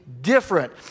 different